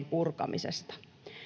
purkamisesta